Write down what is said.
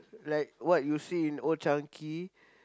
like what you see in Old-Chang-Kee